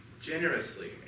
generously